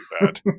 bad